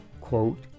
quote